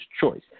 choice